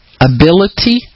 ability